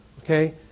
Okay